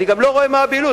אני גם לא רואה מה הבהילות.